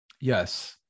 yes